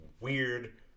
weird